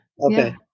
Okay